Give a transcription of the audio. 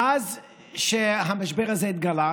מאז שהמשבר הזה התגלה,